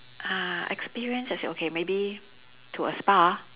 uh experience as in okay maybe to a spa